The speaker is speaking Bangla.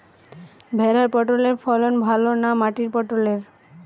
ভেরার পটলের ফলন ভালো না মাটির পটলের?